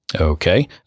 Okay